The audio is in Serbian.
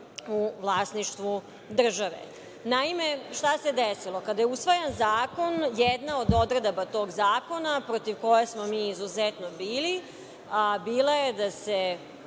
u vlasništvu države. Naime, šta se desilo? Kada je usvajan zakon, jedna od odredbi tog zakona, protiv koje smo mi izuzetno bili, bila je da se